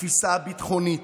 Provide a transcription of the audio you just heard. התפיסה הביטחונית,